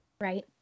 right